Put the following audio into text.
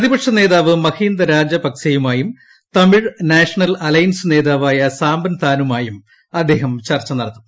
പ്രതിപക്ഷനേതാവ് മഹീന്ദരാജപക്സെയുമായും Tamil National Alliance നേതാവായ സാംബൻതാനുമായും അദ്ദേഹം ചർച്ച നടത്തും